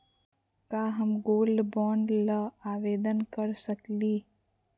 का हम gold bond ल आवेदन कर सकली?